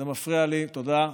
זה מפריע לי, תודה,